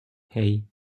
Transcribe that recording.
hei